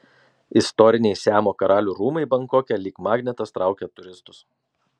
istoriniai siamo karalių rūmai bankoke lyg magnetas traukia turistus